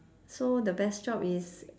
so the best job is